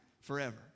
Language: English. forever